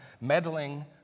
meddling